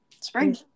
spring